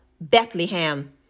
Bethlehem